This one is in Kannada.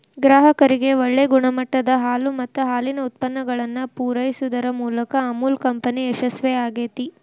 ಗ್ರಾಹಕರಿಗೆ ಒಳ್ಳೆ ಗುಣಮಟ್ಟದ ಹಾಲು ಮತ್ತ ಹಾಲಿನ ಉತ್ಪನ್ನಗಳನ್ನ ಪೂರೈಸುದರ ಮೂಲಕ ಅಮುಲ್ ಕಂಪನಿ ಯಶಸ್ವೇ ಆಗೇತಿ